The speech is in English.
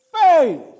faith